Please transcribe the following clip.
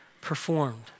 performed